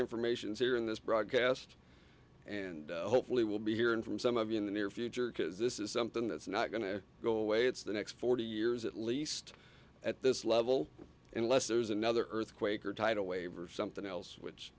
information is here in this broadcast and hopefully we'll be hearing from some of you in the near future because this is something that's not going to go away it's the next forty years at least at this level unless there's another earthquake or tidal wave or something else which